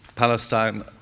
Palestine